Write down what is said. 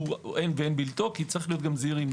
הוא ואין בלתו כי צריך להיות זהירים.